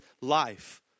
life